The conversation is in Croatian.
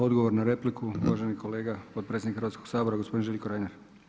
Odgovor na repliku uvaženi kolega potpredsjednik Hrvatskog sabora gospodin Željko Reiner.